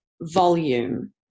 volume